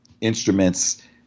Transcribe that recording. instruments